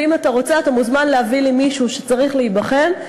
ואם אתה רוצה אתה מוזמן להביא לי מישהו שצריך להיבחן,